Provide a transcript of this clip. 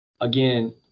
again